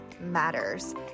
matters